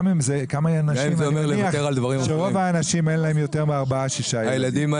אני מניח שלרוב האנשים אין יותר מארבעה-שישה ילדים.